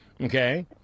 Okay